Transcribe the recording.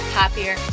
happier